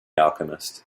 alchemist